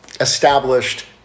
established